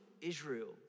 Israel